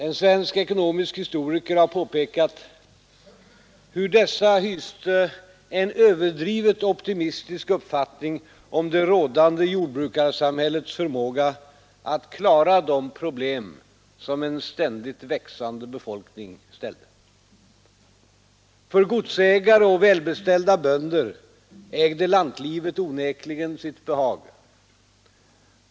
En svensk ekonomisk historiker har påpekat hur dessa hyste ”en överdrivet optimistisk uppfattning om det rådande jordbrukarsamhällets förmåga att klara de problem, som en ständigt växande befolkning ställde. För godsägare och välbeställda bönder ägde lantlivet onekligen sitt behag.